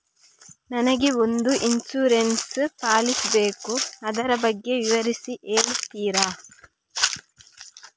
ನನಗೆ ಒಂದು insurance policy ಬೇಕು ಅದರ ಬಗ್ಗೆ ವಿವರಿಸಿ ಹೇಳುತ್ತೀರಾ?